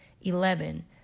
Eleven